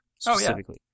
specifically